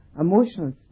emotional